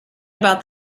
about